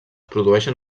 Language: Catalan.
produeixen